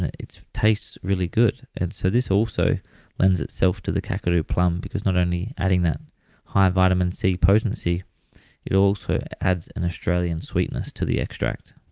it tastes really good. and so this also lends itself to the kakadu plum, because not only adding that high vitamin c potency it also adds an australian sweetness to the extract